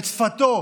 את שפתו,